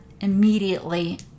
immediately